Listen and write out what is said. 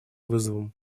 вызовам